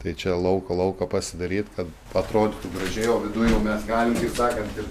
tai čia lauko lauką pasidaryt kad atrodytų gražiai o viduj jau mes galim kaip sakant ir